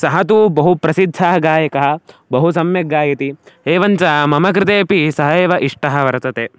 सः तु बहु प्रसिद्धः गायकः बहु सम्यक् गायति एवञ्च मम कृते अपि सः एव इष्टः वर्तते